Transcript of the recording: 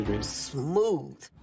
smooth